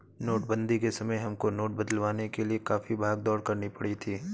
नोटबंदी के समय हमको नोट बदलवाने के लिए काफी भाग दौड़ करनी पड़ी थी